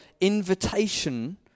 invitation